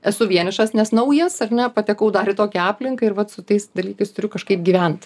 esu vienišas nes naujas ar ne patekau dar į tokią aplinką ir vat su tais dalykais turiu kažkaip gyvent